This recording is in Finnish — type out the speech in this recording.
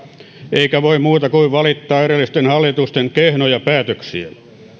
eikä voi muuta kuin valittaa edellisten hallitusten kehnoja päätöksiä